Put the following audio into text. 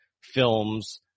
films